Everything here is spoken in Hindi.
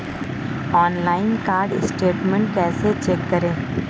ऑनलाइन कार्ड स्टेटमेंट कैसे चेक करें?